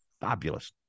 fabulous